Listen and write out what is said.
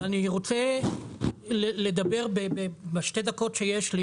אבל אני רוצה לדבר בשתי דקות שיש לי